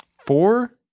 Four